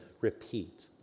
repeat